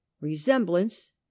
resemblance